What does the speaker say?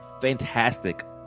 fantastic